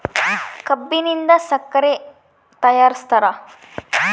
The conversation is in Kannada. ಕಬ್ಬಿನಿಂದ ಸಕ್ಕರೆ ತಯಾರಿಸ್ತಾರ